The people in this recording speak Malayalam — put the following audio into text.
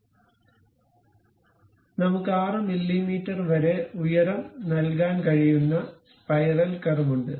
അതിനാൽ നമുക്ക് 6 മില്ലീമീറ്റർ വരെ ഉയരം നൽകാൻ കഴിയുന്ന സ്പൈറൽ കർവ് ഉണ്ട്